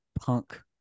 punk